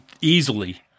easily